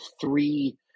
three –